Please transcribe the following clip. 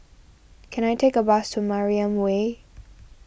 can I take a bus to Mariam Way